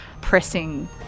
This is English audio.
pressing